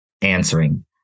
answering